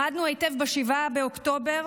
למדנו היטב ב-7 באוקטובר